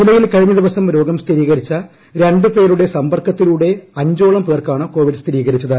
ജില്ലയിൽ കഴിഞ്ഞ ദിവസം രോഗം സ്ഥിരീകരിച്ച രണ്ടുപേരുടെ സമ്പർക്കത്തിലൂടെ അഞ്ചോളം പേർക്കാണ് കോവിഡ് സ്ഥിരീകരിച്ചത്